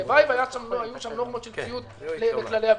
הלוואי שהיו שם נורמות של ציות לכללי הבטיחות.